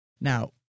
Now